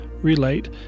relate